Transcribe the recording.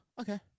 okay